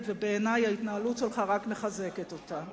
ובעיני ההתנהלות שלך רק מחזקת אותה.